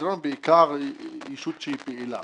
בעיקר היא ישות שהיא פעילה.